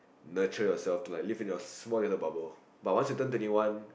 mature yourself to like live in your smallest in the bubble but once you turn twenty one